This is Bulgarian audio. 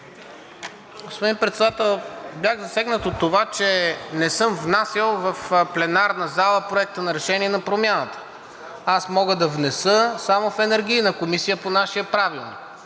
Господин Председател, бях засегнат от това, че не съм внасял в пленарната зала Проекта на решение на Промяната. Аз мога да внеса само в Енергийната комисия по нашия правилник.